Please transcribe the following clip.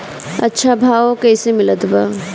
अच्छा भाव कैसे मिलत बा?